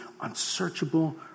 unsearchable